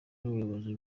y’ubuyobozi